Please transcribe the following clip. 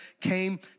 came